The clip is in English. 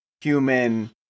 human